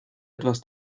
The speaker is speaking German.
etwas